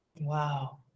Wow